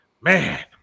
man